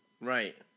right